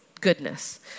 goodness